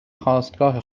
خاستگاه